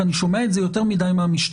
כי אני שומע את זה יותר מדי מהמשטרה: